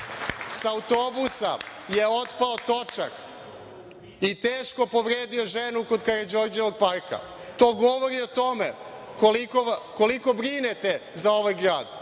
sa autobusa je otpao točak i teško povredio ženu kod Karađorđevog parka. To govori o tome koliko brinete za ovaj grad.